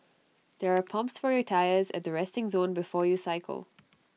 there are pumps for your tyres at the resting zone before you cycle